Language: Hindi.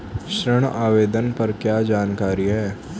ऋण आवेदन पर क्या जानकारी है?